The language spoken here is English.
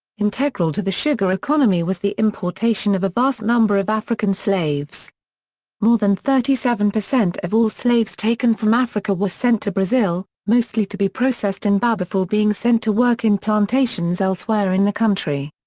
integral to the sugar economy was the importation of a vast number of african slaves more than thirty seven percent of all slaves taken from africa were sent to brazil, mostly to be processed in bahia before being sent to work in plantations elsewhere in the country.